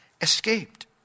escaped